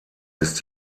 ist